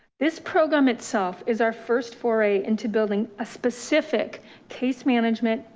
this program itself is our first foray into building a specific case management,